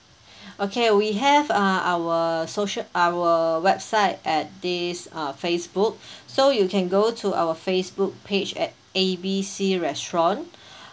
okay we have a our social our website at this uh Facebook so you can go to our Facebook page at A B C restaurant